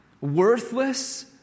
worthless